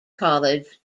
college